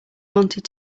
wanted